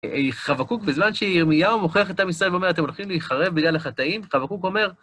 חבקוק, בזמן שירמיהו מוכיח את עם ישראל ואומר אתם הולכים להיחרב בגלל החטאים, חבקוק אומר...